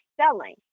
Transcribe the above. selling